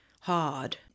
hard